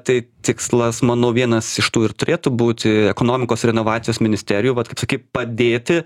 tai tikslas manau vienas iš tų ir turėtų būti ekonomikos renovacijos ministerijų vat kaip sakyt padėti